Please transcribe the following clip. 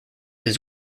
his